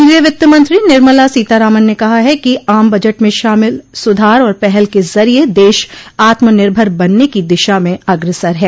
केन्द्रीय वित्तमंत्री निर्मला सीतारामन ने कहा है कि आम बजट में शामिल सुधार और पहल के जरिये देश आत्मनिर्भर बनन की दिशा में अग्रसर है